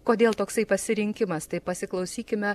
kodėl toksai pasirinkimas tai pasiklausykime